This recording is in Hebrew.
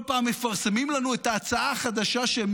כל פעם מפרסמים לנו את ההצעה החדשה שהם